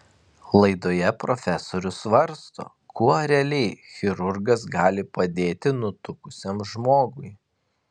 laidoje profesorius svarsto kuo realiai chirurgas gali padėti nutukusiam žmogui